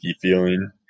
feeling